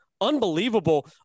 unbelievable